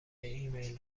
ایمیل